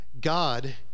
God